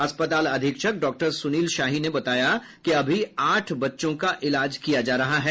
अस्पताल अधीक्षक डॉक्टर सुनील शाही ने बताया कि अभी आठ बच्चों को इलाज किया जा रहा है